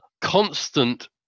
constant